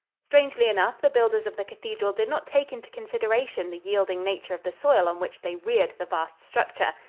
strangely enough, the builders of the cathedral did not take into consideration the yielding nature of the soil on which they reared the vast structure,